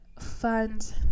fund